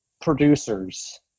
producers